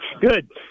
Good